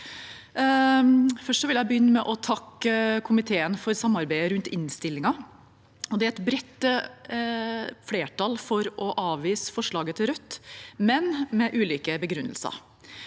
Jeg vil begynne med å takke komiteen for samarbeidet med innstillingen. Det er et bredt flertall for å avvise forslaget fra Rødt, men med ulike begrunnelser.